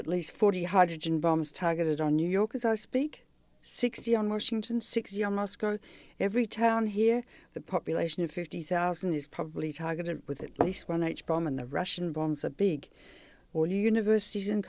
at least forty hydrogen bombs targeted on new york as i speak six young washington six year moscow every town here the population of fifty thousand is probably targeted with at least one h bomb and the russian bombs a big or universities and